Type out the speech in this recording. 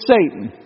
Satan